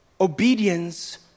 obedience